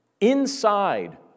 Inside